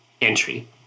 entry